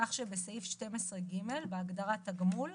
כך שבסעיף 12(ג), בהגדרה "תגמול",